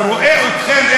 ורואה אתכם,